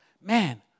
Man